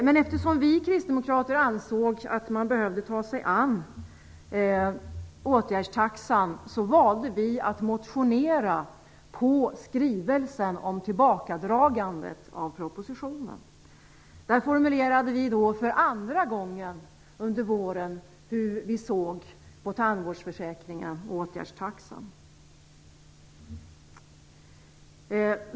Men eftersom vi kristdemokrater ansåg att man behövde ta sig an åtgärdstaxan valde vi att motionera med anledning av skrivelsen om tillbakadragande av propositionen. Vi formulerade då för andra gången under våren hur vi såg på tandvårdsförsäkringen och åtgärdstaxan.